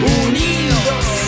unidos